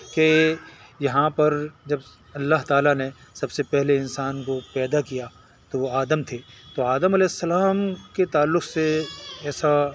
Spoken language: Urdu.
کہ یہاں پر جب اللہ تعالیٰ نے سب سے پہلے انسان کو پیدا کیا تو وہ آدم تھے تو آدم علیہ السلام کے تعلق سے ایسا